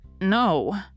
No